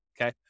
Okay